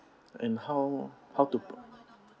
and how how to